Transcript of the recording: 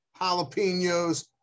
jalapenos